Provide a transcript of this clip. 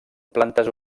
plantes